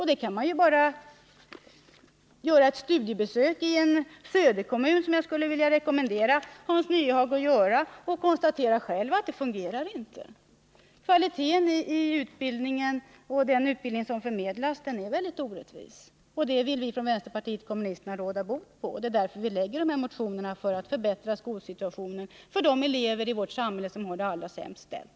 Man kan bara göra ett studiebesök i en söderkommun — det skulle jag vilja rekommendera Hans Nyhage att göra — och konstatera att det inte fungerar. Kvaliteten i utbildningen är väldigt ojämn. Det vill vi från vänsterpartiet kommunisterna råda bot på. Vi har väckt de här motionerna för att förbättra skolsituationen för de elever i vårt samhälle som har det allra sämst ställt.